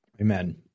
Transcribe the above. Amen